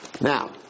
Now